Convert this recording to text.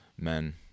men